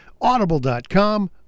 Audible.com